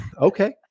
okay